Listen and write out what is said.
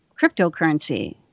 cryptocurrency